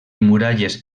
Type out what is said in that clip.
muralles